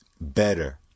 Better